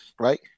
right